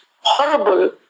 horrible